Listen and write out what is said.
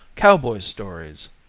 cowboy stories,